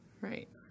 Right